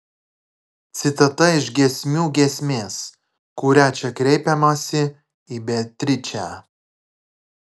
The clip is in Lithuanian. citata iš giesmių giesmės kuria čia kreipiamasi į beatričę